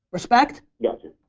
respect? gotcha.